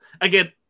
Again